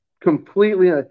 completely